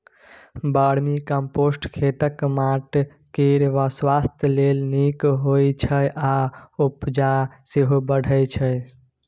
vermicompost खेतक माटि केर स्वास्थ्य लेल नीक होइ छै आ उपजा सेहो बढ़य छै